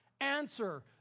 Answer